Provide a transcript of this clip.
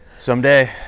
Someday